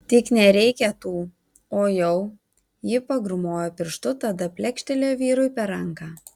tik nereikia tų o jau ji pagrūmojo pirštu tada plekštelėjo vyrui per ranką